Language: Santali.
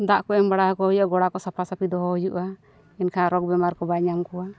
ᱫᱟᱜ ᱠᱚ ᱮᱢ ᱵᱟᱲᱟ ᱦᱩᱭᱩᱜᱼᱟ ᱫᱟᱜ ᱠᱚ ᱥᱟᱯᱷᱟ ᱥᱟᱹᱯᱷᱤ ᱫᱚᱦᱚ ᱦᱩᱭᱩᱜᱼᱟ ᱮᱱᱠᱷᱟᱱ ᱨᱳᱜᱽ ᱵᱮᱢᱟᱨ ᱠᱚ ᱵᱟᱭ ᱧᱟᱢ ᱠᱚᱣᱟ